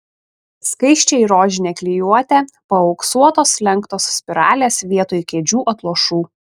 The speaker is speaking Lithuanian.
skaisčiai rožinė klijuotė paauksuotos lenktos spiralės vietoj kėdžių atlošų